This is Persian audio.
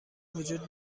وجود